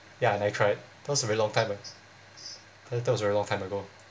ya like I cried that was a very long time a~ th~ that was very long time ago